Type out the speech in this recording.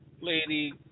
Lady